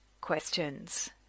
questions